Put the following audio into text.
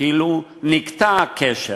כאילו נקטע הקשר,